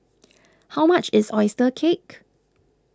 how much is Oyster Cake